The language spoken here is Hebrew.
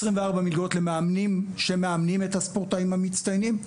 24 מלגות למאמנים שמאמנים את הספורטאים המצטיינים,